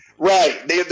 Right